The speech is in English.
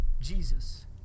Jesus